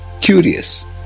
curious